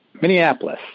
Minneapolis